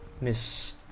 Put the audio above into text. Miss